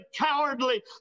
cowardly